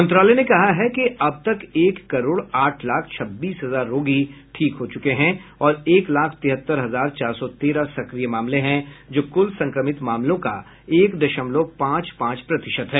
मंत्रालय ने कहा है कि अब तक एक करोड़ आठ लाख छब्बीस हजार रोगी ठीक हो चुके हैं और एक लाख तिहत्तर हजार चार सौ तेरह सक्रिय मामले हैं जो कुल संक्रमित मामलों का एक दशमलव पांच पांच प्रतिशत है